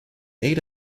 eight